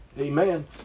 Amen